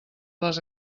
les